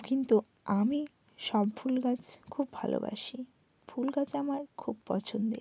কিন্তু আমি সব ফুল গাছ খুব ভালোবাসি ফুল গাছ আমার খুব পছন্দের